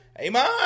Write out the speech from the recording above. Amen